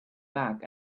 back